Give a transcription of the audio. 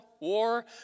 war